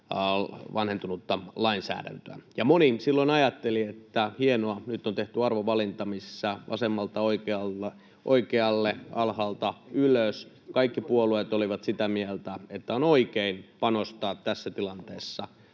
vanhentunutta lainsäädäntöä, ja moni silloin ajatteli, että hienoa, nyt on tehty arvovalinta, missä vasemmalta oikealle, alhaalta ylös kaikki puolueet olivat sitä mieltä, että on oikein panostaa tässä tilanteessa